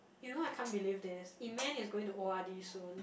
you know I can't believe this Eman is going to o_r_d soon